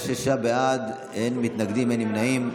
שישה בעד, אין מתנגדים, אין נמנעים.